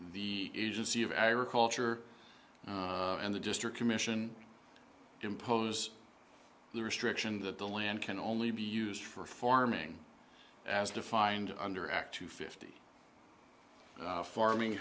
the agency of agriculture and the district commission impose the restriction that the land can only be used for farming as defined under act two fifty farming